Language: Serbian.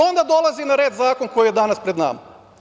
Onda dolazi na red zakon koji je danas pred nama.